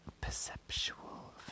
perceptual